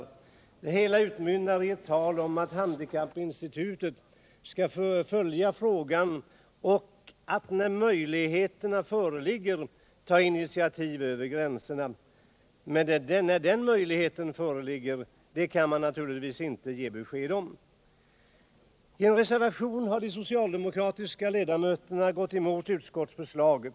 Det hela utmynnar i ett tal om att handikappinstitutet skall följa frågan och att — när möjligheterna föreligger — ta initiativ över gränserna. Men när dessa möjligheter föreligger kan utskottet naturligtvis inte ge besked om. I en reservation har de socialdemokratiska ledamöterna gått emot utskottsförslaget.